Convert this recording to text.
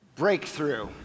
breakthrough